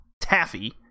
taffy